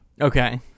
Okay